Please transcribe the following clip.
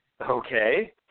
Okay